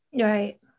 Right